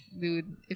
dude